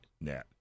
net